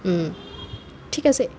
ঠিক আছে